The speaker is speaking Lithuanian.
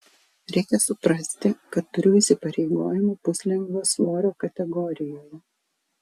reikia suprasti kad turiu įsipareigojimų puslengvio svorio kategorijoje